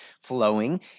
flowing